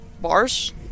bars